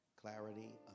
clarity